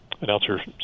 announcer